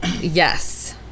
Yes